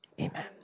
amen